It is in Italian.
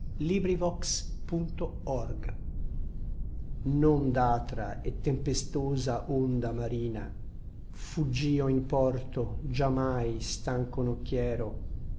non crede non d'atra et tempestosa onda marina fuggío in porto già mai stanco nocchiero